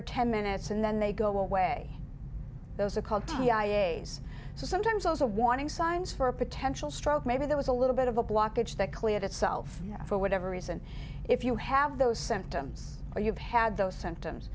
or ten minutes and then they go away those are called t i a s so sometimes those a warning signs for a potential stroke maybe there was a little bit of a blockage that cleared itself for whatever reason if you have those sent yes you've had those s